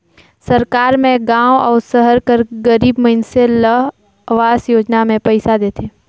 सरकार में गाँव अउ सहर कर गरीब मइनसे ल अवास योजना में पइसा देथे